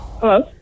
Hello